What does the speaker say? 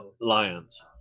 lions